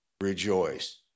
rejoice